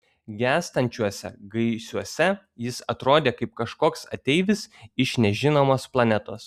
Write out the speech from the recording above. gęstančiuose gaisuose jis atrodė kaip kažkoks ateivis iš nežinomos planetos